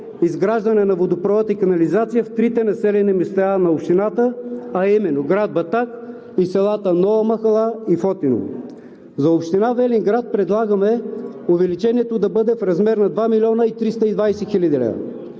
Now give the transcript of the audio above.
изграждане на водопровод и канализация в трите населени места на общината, а именно град Батак и селата Нова махала и Фотино. За община Велинград предлагаме увеличението да бъде в размер на 2 млн. 320 хил. лв.